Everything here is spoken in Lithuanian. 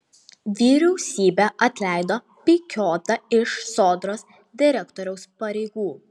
vyriausybė atleido pikiotą iš sodros direktoriaus pareigų